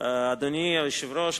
אדוני היושב-ראש,